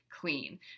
clean